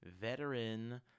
veteran